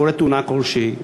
קורית תאונה כלשהי,